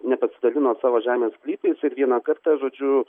nepasidalino savo žemės sklypais ir vieną kartą žodžiu